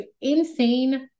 insane